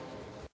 Hvala,